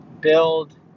build